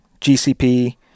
GCP